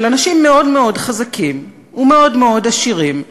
של אנשים מאוד מאוד חזקים ומאוד מאוד עשירים,